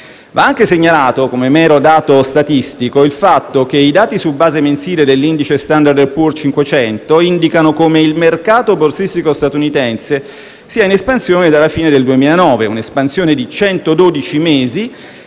Va anche segnalato, come mero dato statistico, il fatto che i dati su base mensile dell'indice Standard & Poor's 500 indicano come il mercato borsistico statunitense sia in espansione dalla fine del 2009. Un'espansione di 112 mesi,